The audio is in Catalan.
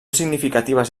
significatives